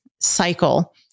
cycle